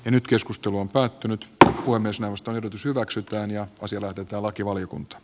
nyt keskustelu on päättynyt kohua myös neuvoston ehdotus hyväksytään ja siellä oteta lakivaliokunta